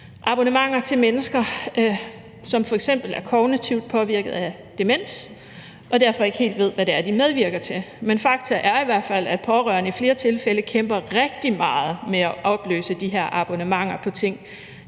abonnementer til mennesker, som f.eks. er kognitivt påvirket af demens og derfor ikke helt ved, hvad det er, de medvirker til. Men fakta er i hvert fald, at pårørende i flere tilfælde kæmper rigtig meget med at opløse de her abonnementer på ting,